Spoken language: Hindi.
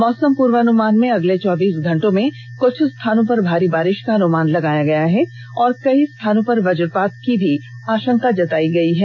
मौसम पूर्वानुमान में अगले चौबीस घंटों में कुछ स्थानों पर भारी बारिष का अनुमान लगाया है और कई स्थानों पर वजपात की भी आपंका जतायी गयी है